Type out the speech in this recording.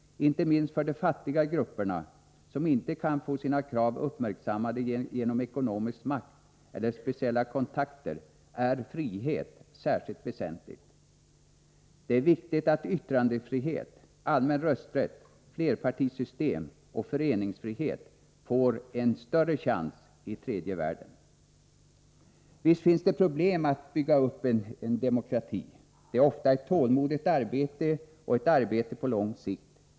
Inte minst för de fattiga grupperna, som inte kan få sina krav uppmärksammade genom ekonomisk makt eller speciella kontakter, är frihet väsentlig. Det är viktigt att yttrandefrihet, allmän rösträtt, flerpartisystem och föreningsfrihet får en större chans i tredje världen. Visst finns det problem med att bygga upp en demokrati. Det är ofta ett tålmodigt arbete och ett arbete på lång sikt.